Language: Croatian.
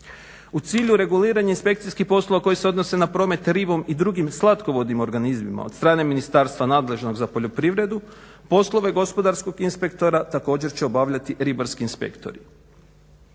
U cilju reguliranja inspekcijskih poslova koji se odnose na promet ribom i drugim slatkovodnim organizmima od strane ministarstva nadležnog za poljoprivredu, poslove gospodarskog inspektora također će obavljati ribarski inspektori.